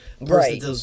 Right